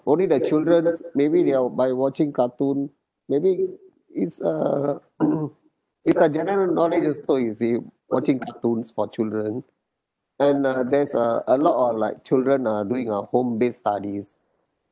only their childrens maybe they're by watching cartoon maybe it's a it's a general knowledge also you see watching cartoons for children and uh there's a a lot of like children are doing a home based studies